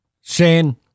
Shane